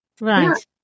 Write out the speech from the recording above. Right